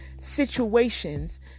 situations